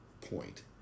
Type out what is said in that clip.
point